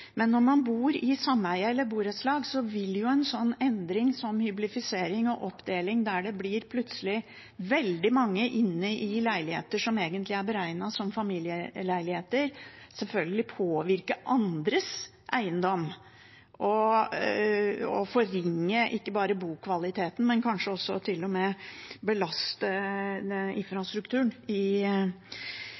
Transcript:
men når man bor i sameie eller borettslag, vil en endring som hyblifisering og oppdeling, der det plutselig blir veldig mange inne i leiligheter som egentlig er beregnet til familieleiligheter, selvfølgelig påvirke andres eiendom og ikke bare forringe bokvaliteten, men kanskje også til og med belaste infrastrukturen i